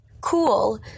cool